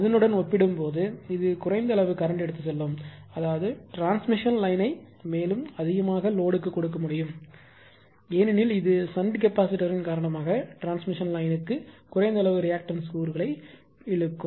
அதனுடன் ஒப்பிடும்போது இது குறைந்த அளவு கரண்ட் எடுத்துச் செல்லும் அதாவது டிரான்ஸ்மிஷன் லைனை மேலும் அதிகமாக லோடுக்கு கொடுக்க முடியும் ஏனெனில் இது ஷண்ட் கெப்பாசிட்டர்யின் காரணமாக டிரான்ஸ்மிஷன் லைனுக்கு குறைந்த அளவு ரியாக்டன்ஸ் கூறுகளை இழுக்கும்